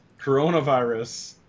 coronavirus